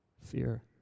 fear